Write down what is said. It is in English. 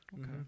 Okay